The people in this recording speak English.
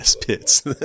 pits